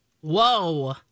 Whoa